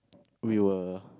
we were